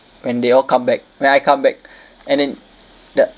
when they all come back when I come back and then the